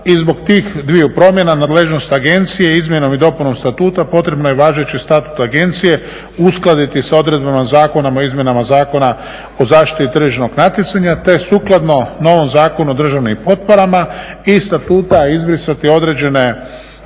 I zbog tih dviju promjena nadležnost agencije izmjenom i dopunom statuta potrebno je važeći statut agencije uskladiti sa odredbama zakona o izmjenama Zakona o zaštiti tržišnog natjecanja te sukladno novom Zakonu o državnim potporama iz statuta izbrisati određene